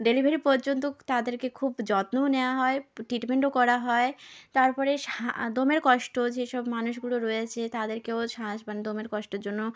delivery পর্যন্ত তাদেরকে খুব যত্নও নেওয়া হয় ট্রিটমেন্টও করা হয় তারপরে দমের কষ্ট যেসব মানুষগুলোর রয়েছে তাদেরকেও শ্বাস মানে দমের কষ্টের জন্য